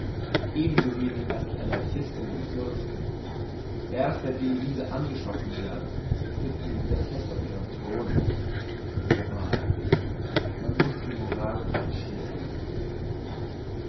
so wenig als die anarchisten den fürsten erst seitdem diese angeschossen werden sitzen sie wieder fest auf ihrem thron moral man muss die moral anschiessen